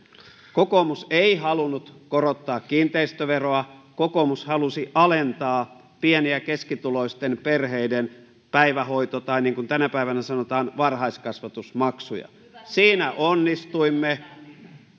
kokoomus ei halunnut korottaa kiinteistöveroa kokoomus halusi alentaa pieni ja keskituloisten perheiden päivähoito tai niin kuin tänä päivänä sanotaan varhaiskasvatusmaksuja siinä onnistuimme